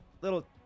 little